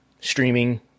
streaming